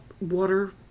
water